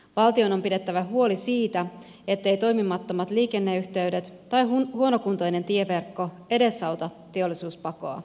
valtion on pidettävä huoli siitä etteivät toimimattomat liikenneyhteydet tai huonokuntoinen tieverkko edesauta teollisuuspakoa suomesta